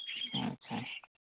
ᱟᱪᱪᱷᱟ